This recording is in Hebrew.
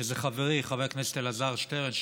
שזה חברי חבר הכנסת אלעזר שטרן,